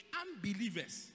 unbelievers